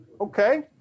Okay